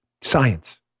Science